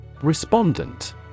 Respondent